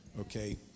okay